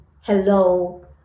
Hello